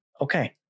okay